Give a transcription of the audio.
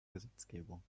gesetzgebung